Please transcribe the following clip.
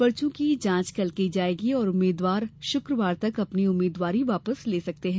पर्चों की जांच कल की जाएंगी और उम्मीदवार शुक्रवार तक अपनी उम्मीदवारी वापस ले सकते हैं